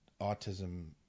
autism